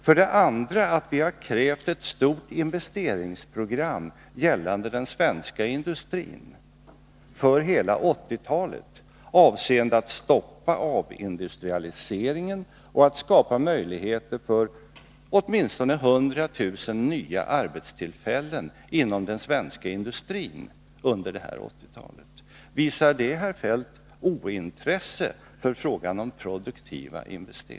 För det andra har vi krävt ett stort investeringsprogram gällande den svenska industrin för hela 1980-talet, avseende att stoppa avindustrialiseringen och skapa möjligheter för åtminstone 100 000 nya arbetstillfällen inom den svenska industrin under 1980-talet. Visar det, herr Feldt, ointresse för frågan om produktiva Nr 50 investeringar?